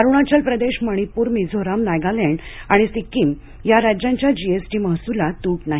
अरुणाचल प्रदेश मणिपूर मिझोराम नागालँड आणि सिक्कीम या राज्यांच्या जीएसटी महसुलात तूट नाही